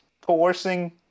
coercing